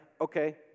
Okay